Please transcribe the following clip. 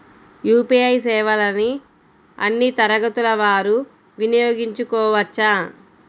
UPI సేవలని అన్నీ తరగతుల వారు వినయోగించుకోవచ్చా?